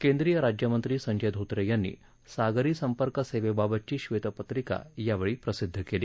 केंद्रीय राज्यमंत्री संजय धोत्रे यांनी सागरी संपर्क सेवेबाबतची श्वेतपत्रिका यावेळी प्रसिद्ध केली